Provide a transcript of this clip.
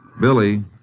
Billy